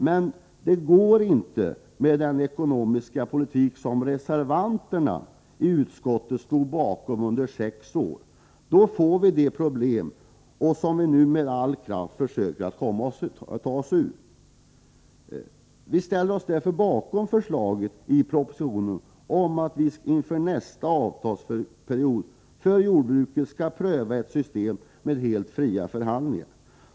Men detta är inte möjligt med den ekonomiska politik som reservanterna i utskottet stod bakom under sex år. Med en sådan ekonomisk politik får vi de problem som vi nu med all kraft försöker lösa. Vi ställer oss bakom propositionens förslag om att inför nästa avtalsperiod för jordbruket pröva ett system med helt fria förhandlingar.